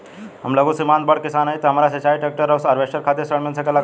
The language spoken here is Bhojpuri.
हम लघु सीमांत बड़ किसान हईं त हमरा सिंचाई ट्रेक्टर और हार्वेस्टर खातिर ऋण मिल सकेला का?